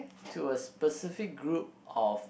to a specific group of